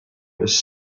was